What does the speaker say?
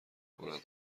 کند